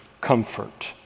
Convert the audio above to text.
comfort